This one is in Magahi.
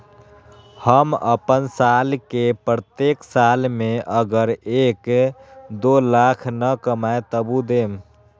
हम अपन साल के प्रत्येक साल मे अगर एक, दो लाख न कमाये तवु देम?